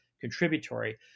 contributory